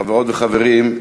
חברות וחברים,